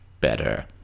better